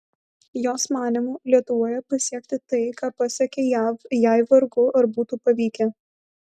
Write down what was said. jos manymu lietuvoje pasiekti tai ką pasiekė jav jai vargu ar būtų pavykę